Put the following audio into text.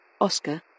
Oscar